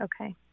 Okay